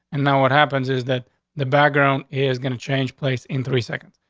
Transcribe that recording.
and then what happens is that the background is gonna change place in three seconds.